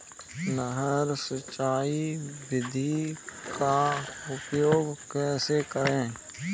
नहर सिंचाई विधि का उपयोग कैसे करें?